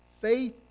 faith